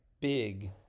big